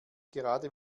gerade